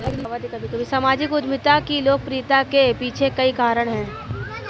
सामाजिक उद्यमिता की लोकप्रियता के पीछे कई कारण है